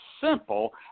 simple